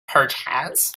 perchance